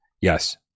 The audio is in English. yes